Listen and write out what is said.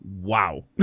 wow